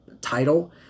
title